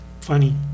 funny